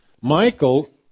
Michael